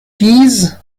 teas